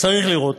צריך לראות.